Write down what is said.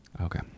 Okay